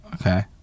okay